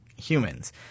humans